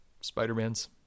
Spider-Man's